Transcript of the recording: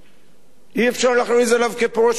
אי-אפשר להכריז עליו כפורש מסיעתו,